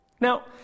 Now